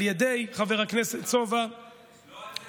חבר הכנסת סובה,